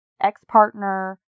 ex-partner